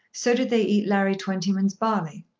so did they eat larry twentyman's barley.